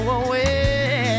away